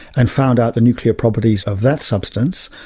and found out the nuclear properties of that substance.